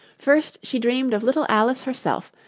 first, she dreamed of little alice herself,